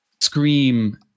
Scream